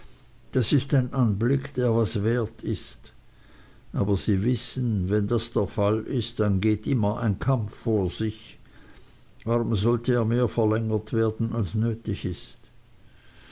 das ist ein anblick der was wert ist aber sie wissen wenn das der fall ist dann geht immer ein kampf vor sich warum sollte er mehr verlängert werden als nötig ist